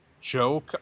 joke